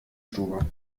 stube